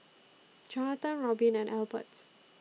Jonathan Robin and Elbert